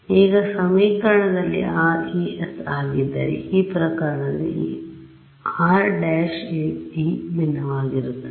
ಈಗ ಈ ಸಮೀಕರಣದಲ್ಲಿ r ∈ S ಆಗಿದ್ದರೆ ಈ ಪ್ರಕಾರವು ಇಲ್ಲಿ r′ ∈ D ಭಿನ್ನವಾಗಿರುತ್ತದೆ